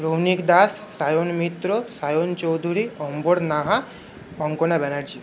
Rounik Das Sayan Mitra Sayan Chowdhury Ambar Naha Kankana Banerjee